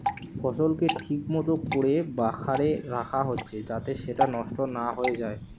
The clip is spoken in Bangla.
ফসলকে ঠিক মতো কোরে বাখারে রাখা হচ্ছে যাতে সেটা নষ্ট না হয়ে যায়